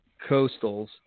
...coastals